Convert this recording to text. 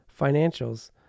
financials